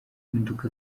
impinduka